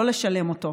לא לשלם אותו.